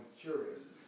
curious